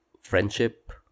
friendship